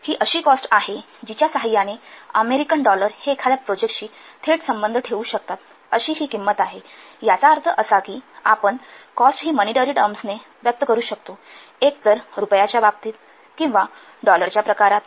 ही अशी कॉस्ट आहे जी च्या साहाय्याने अमेरिकन डॉलर हे एखाद्या प्रोजेक्टशी थेट संबंध ठेवू शकतात अशी ही किंमत आहे याचा अर्थ असा की आपण कॉस्ट ही मनीटरी टर्म्सने व्यक्त करू शकतो एकतर रुपयाच्या बाबतीत किंवा डॉलरच्या प्रकारात